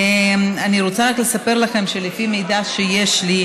אני רוצה רק לספר לכם שלפי מידע שיש לי,